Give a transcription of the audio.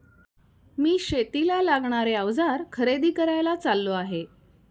मी शेतीला लागणारे अवजार खरेदी करायला चाललो आहे